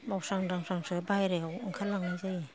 मावस्रां दांस्रांसो बायह्रायाव ओंखारलांनाय जायो